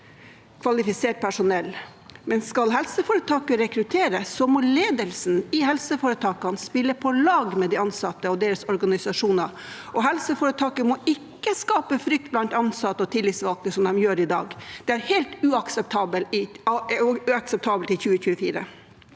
men skal helseforetak rekruttere, må ledelsen i helseforetakene spille på lag med de ansatte og deres organisasjoner. Helseforetaket må ikke skape frykt blant ansatte og tillitsvalgte, slik de gjør i dag. Det er helt uakseptabelt i 2024.